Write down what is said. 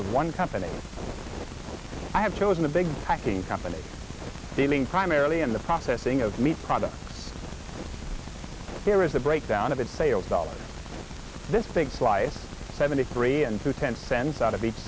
of one company i have chosen a big packing company dealing primarily in the processing of meat products here is a breakdown of its sales dollars this big slice seventy three and to ten cents out of